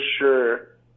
sure